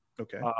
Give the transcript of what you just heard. Okay